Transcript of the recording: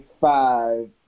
five